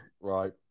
right